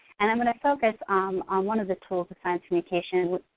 and i'm gonna focus um on one of the tools of science communication,